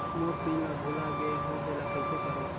मोर PIN ला भुला गे हो एला कइसे करो?